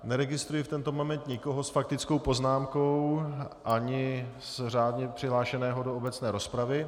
Neregistruji v tento moment nikoho s faktickou poznámkou ani nikoho řádně přihlášeného do obecné rozpravy.